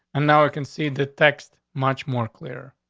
and now i can see the text much more clear.